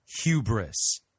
hubris